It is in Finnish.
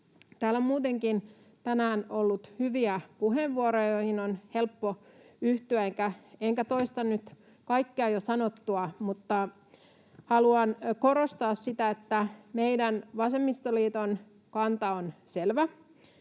tänään ollut hyviä puheenvuoroja, joihin on helppo yhtyä, enkä toista nyt kaikkea jo sanottua, mutta haluan korostaa sitä, että meidän vasemmistoliiton kanta on selvä: